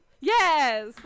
yes